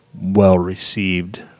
well-received